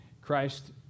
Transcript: Christ